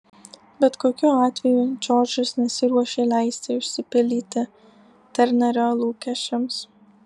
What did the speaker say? bet kokiu atveju džordžas nesiruošė leisti išsipildyti ternerio lūkesčiams